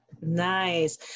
nice